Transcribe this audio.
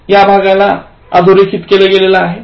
coming from हे अधोरेखित केले आहे